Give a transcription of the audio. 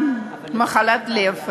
מחאת הסרדינים,